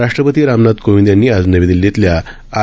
राष्ट्रपती रामनाथ कोविंद यांनी आज नवी दिल्लीतल्या आर